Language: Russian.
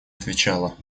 отвечала